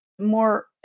more